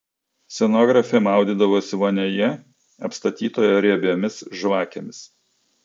scenografė maudydavosi vonioje apstatytoje riebiomis žvakėmis